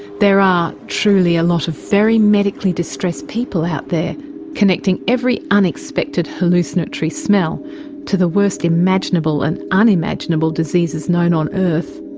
there are truly a lot of very medically distressed people out there connecting every unexpected hallucinatory smell to the worst imaginable and unimaginable diseases known on earth.